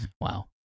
Wow